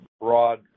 broad